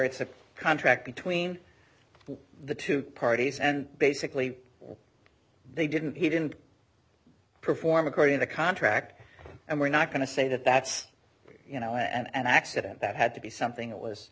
it's a contract between the two parties and basically they didn't he didn't perform according the contract and we're not going to say that that's you know and accident that had to be something that was